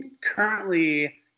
Currently